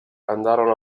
andarono